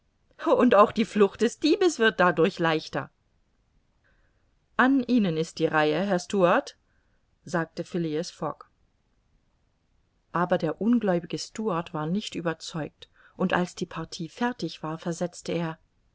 und auch die flucht des diebes wird dadurch leichter an ihnen ist die reihe herr stuart sagte phileas fogg aber der ungläubige stuart war nicht überzeugt und als die partie fertig war versetzte er